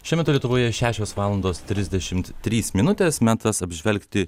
šiuo metu lietuvoje šešios valandos trisdešimt trys minutės metas apžvelgti